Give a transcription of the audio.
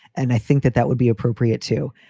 and i think that that would be appropriate to.